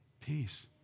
Peace